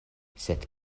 sed